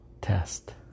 test